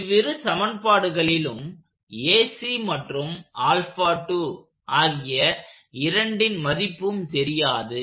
இவ்விரு சமன்பாடுகளிலும் மற்றும் ஆகிய இரண்டின் மதிப்பும் தெரியாது